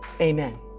amen